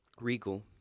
regal